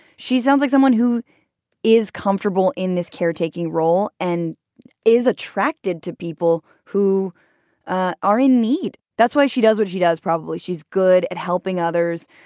she sounds like someone who is comfortable in this caretaking role and is attracted to people who ah are in need. that's why she does what she does probably. she's good at helping others.